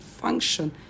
function